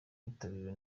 witabiriwe